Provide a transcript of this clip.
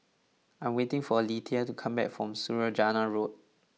I am waiting for Alethea to come back from Saujana Road